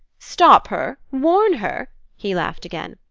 stop her? warn her? he laughed again.